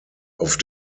auf